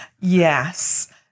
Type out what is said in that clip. Yes